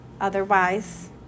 Otherwise